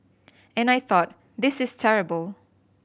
and I thought this is terrible